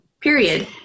period